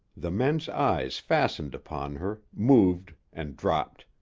the men's eyes fastened upon her, moved and dropped.